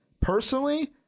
personally